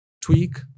tweak